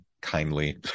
kindly